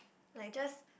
like just